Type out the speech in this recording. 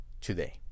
today